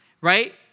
right